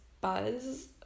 buzz